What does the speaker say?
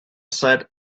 said